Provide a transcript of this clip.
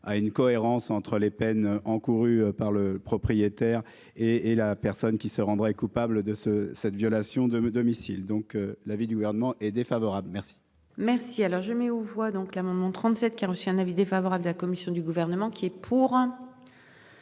À une cohérence entre les peines encourues par le propriétaire et et la personne qui se rendraient coupables de ce cette violation de domicile, donc l'avis du Gouvernement est défavorable. Merci. Merci alors je mets aux voix donc l'amendement 37 qui a reçu un avis défavorable de la commission du gouvernement. Et pour.